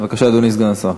בבקשה, אדוני סגן השר.